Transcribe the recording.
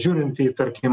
žiūrint į tarkim